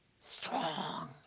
strong